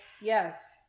Yes